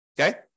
Okay